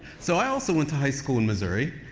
so, i also went to high school in missouri.